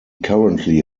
currently